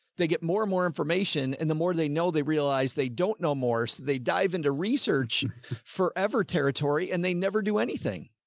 they get more and more information and the more they know, they realize they don't know more. so they dive into research forever territory and they never do anything.